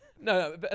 No